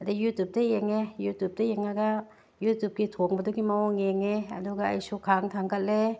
ꯑꯗꯒꯤ ꯌꯨꯇꯨꯞꯇ ꯌꯦꯡꯉꯦ ꯌꯨꯇꯨꯞꯇ ꯌꯦꯡꯉꯒ ꯌꯨꯇꯨꯞꯀꯤ ꯊꯣꯡꯕꯗꯨꯒ ꯃꯑꯣꯡ ꯌꯦꯡꯉꯦ ꯑꯗꯨꯒ ꯑꯩꯁꯨ ꯈꯥꯡ ꯊꯥꯡꯒꯠꯂꯦ